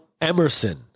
Emerson